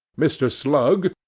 mr. slug,